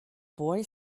boy